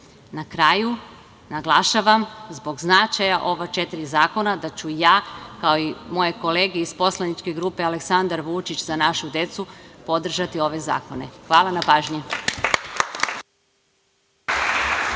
kraju, naglašavam, zbog značaja ova četiri zakona, da ću ja, kao i moje kolege iz poslaničke grupe Aleksandar Vučić – za našu decu, podržati ove zakone. Hvala na pažnji.